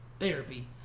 therapy